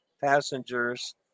passengers